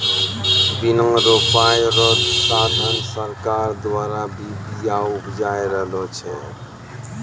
बिया रोपाय रो साधन सरकार द्वारा भी बिया उपजाय रहलो छै